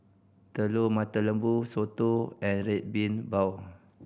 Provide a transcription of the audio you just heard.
Telur Mata Lembu soto and Red Bean Bao